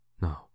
no